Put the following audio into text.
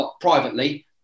Privately